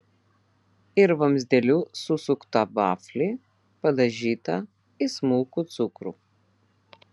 ir vamzdeliu susuktą vaflį padažytą į smulkų cukrų